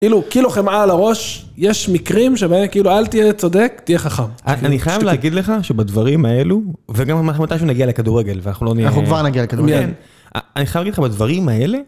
כאילו חמאה על הראש, יש מקרים שאל תהיה צודק, תהיה חכם. אני חייב להגיד לך שבדברים האלו, וגם מתישהו נגיע לכדורגל, ואנחנו לא נהיה... אנחנו כבר נגיע לכדורגל. אני חייב להגיד לך בדברים האלה...